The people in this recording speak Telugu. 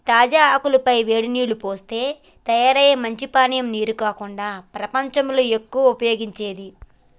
తాజా ఆకుల పై వేడి నీల్లు పోస్తే తయారయ్యే మంచి పానీయం నీరు కాకుండా ప్రపంచంలో ఎక్కువగా ఉపయోగించేది